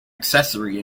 accessory